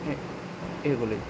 মানে এগুলোই